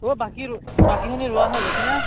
অঁ বাকী বাকীখিনি ৰোৱা শেষ হৈছি না